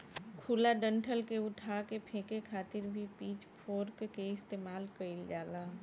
खुला डंठल के उठा के फेके खातिर भी पिच फोर्क के इस्तेमाल कईल जाला